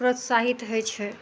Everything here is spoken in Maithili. प्रोत्साहित होइ छै